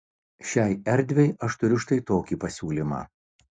šiai erdvei aš turiu štai tokį pasiūlymą